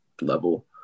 level